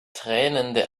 tränende